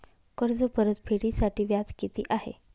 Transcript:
कर्ज परतफेडीसाठी व्याज किती आहे?